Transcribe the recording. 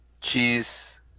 cheese